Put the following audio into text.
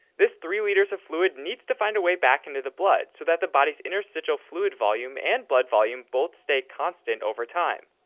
this three liters of fluid needs to find a way back into the blood so that the body's interstitial fluid volume and blood volume both stay constant over time.